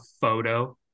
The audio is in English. photo